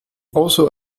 also